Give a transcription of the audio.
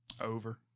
Over